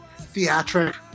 theatric